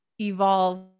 evolve